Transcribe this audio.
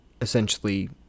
essentially